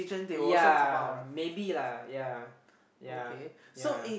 ya maybe lah ya ya ya